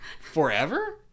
forever